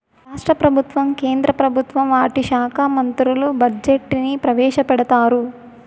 రాష్ట్ర ప్రభుత్వం కేంద్ర ప్రభుత్వం వాటి శాఖా మంత్రులు బడ్జెట్ ని ప్రవేశపెడతారు